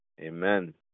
Amen